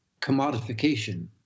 commodification